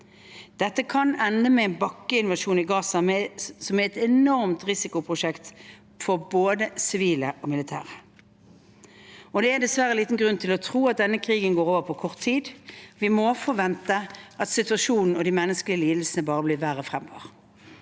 Dette kan ende med en bakkeinvasjon i Gaza, som er et enormt risikoprosjekt for både sivile og militære. Det er dessverre liten grunn til å tro at denne krigen går over på kort tid. Vi må forvente at situasjonen og de menneskelige lidelsene bare blir verre fremover.